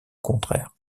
contraire